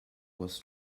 was